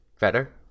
better